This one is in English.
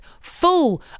full